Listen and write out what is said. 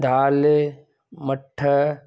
दाल मठ